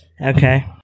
Okay